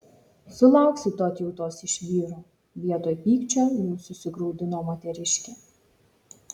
sulauksi tu atjautos iš vyrų vietoj pykčio jau susigraudino moteriškė